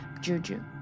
Juju